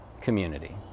community